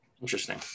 Interesting